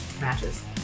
Matches